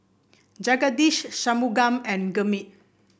Jagadish Shunmugam and Gurmeet